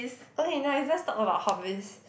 okay nice let's talk about hobbies